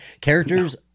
characters